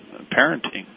parenting